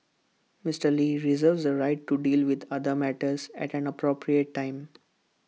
Mister lee reserves the right to deal with other matters at an appropriate time